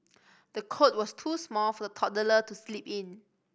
the cot was too small for the toddler to sleep in